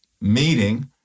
meeting